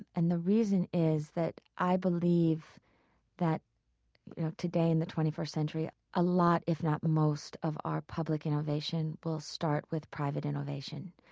and the reason is that i believe that today in the twenty first century a lot if not most of our public innovation will start with private innovation,